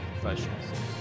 professionals